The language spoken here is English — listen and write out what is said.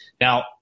Now